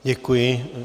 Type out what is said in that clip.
Děkuji.